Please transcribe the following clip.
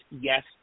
yes